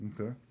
Okay